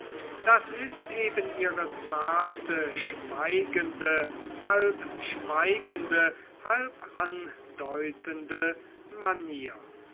das ist eben ihre zarte schweigende halb schweigende halb andeutende manier